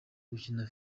gukina